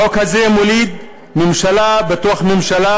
החוק הזה מוליד ממשלה בתוך ממשלה.